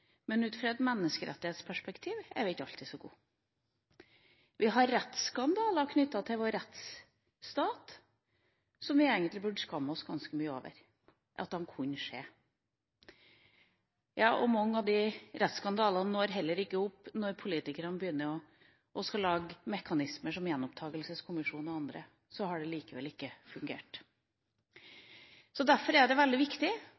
men ut fra et menneskerettighetsperspektiv er vi ikke alltid så gode. Vi har rettsskandaler knyttet til vår rettsstat, og vi burde skamme oss ganske mye over at disse kunne skje. Mange av disse rettsskandalene kommer heller ikke opp. Når politikerne begynner å lage mekanismer, som gjenopptakelseskommisjonen og andre, fungerer det likevel ikke. Derfor er dette veldig viktig,